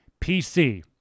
PC